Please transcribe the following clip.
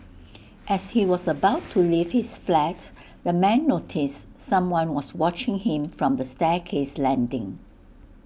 as he was about to leave his flat the man noticed someone was watching him from the staircase landing